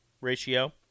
ratio